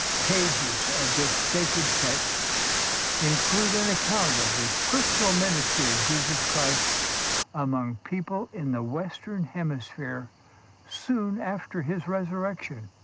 pages of this sacred text include an account of the personal ministry of jesus christ among people in the western hemisphere soon after his resurrection.